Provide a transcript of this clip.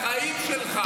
זה לאבד את החיים שלך.